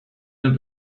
not